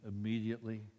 immediately